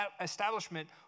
establishment